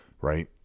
right